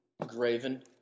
graven